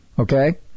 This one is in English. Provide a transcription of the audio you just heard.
Okay